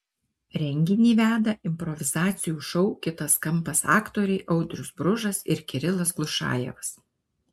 renginį veda improvizacijų šou kitas kampas aktoriai audrius bružas ir kirilas glušajevas